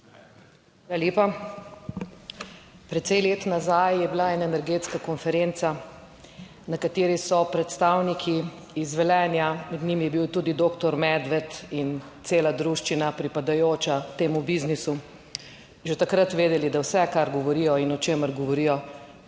Hvala lepa. Precej let nazaj je bila ena energetska konferenca, na kateri so predstavniki iz Velenja, med njimi je bil tudi doktor Medved in cela druščina, pripadajoča temu biznisu, že takrat vedeli, da vse, kar govorijo in o čemer govorijo,